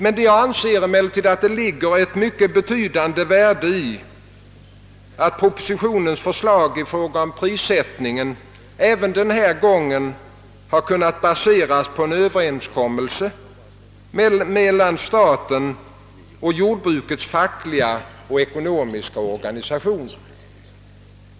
Jag anser att det ligger ett mycket betydande värde i att propositionens förslag i fråga om prissättningen även denna gång har kunnat baseras på en överenskommelse mellan staten och jordbrukets fackliga och ekonomiska organisationer.